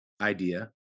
idea